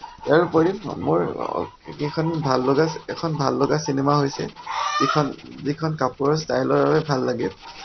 ইয়াৰ উপৰিও মোৰ কেইখন ভাল লগা এখন ভাল লগা চিনেমা হৈছে যিখন যিখন কাপোৰৰ ষ্টাইলৰ বাবে ভাল লাগে